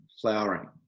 flowering